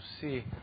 see